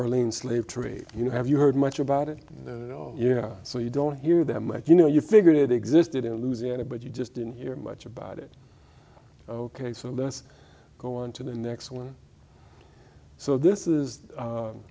orleans slave trade you know have you heard much about it you know so you don't hear that much you know you figure it existed in louisiana but you just didn't hear much about it ok so let's go on to the next one so this is